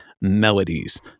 melodies